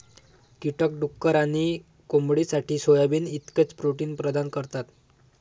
कीटक डुक्कर आणि कोंबडीसाठी सोयाबीन इतकेच प्रोटीन प्रदान करतात